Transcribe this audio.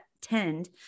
tend